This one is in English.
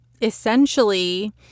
essentially